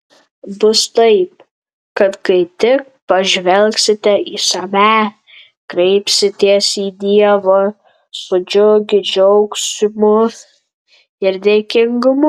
bus taip kad kai tik pažvelgsite į save kreipsitės į dievą su džiugiu džiaugsmu ir dėkingumu